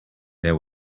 there